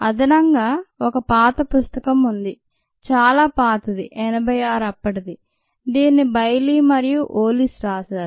అదనంగా ఒక పాత పుస్తకం ఉంది చాలా పాతది 86 అప్పటిది దీన్ని బైలీ మరియు ఓలిస్ రాసారు